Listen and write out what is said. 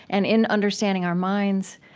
and in understanding our minds,